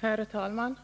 Herr talman!